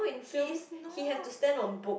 he is not